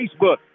Facebook